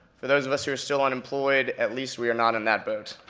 for those of us who are still unemployed, at least we are not in that boat.